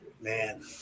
man